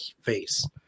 face